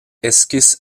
esquisse